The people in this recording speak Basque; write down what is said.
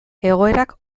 egoerak